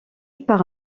par